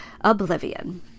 oblivion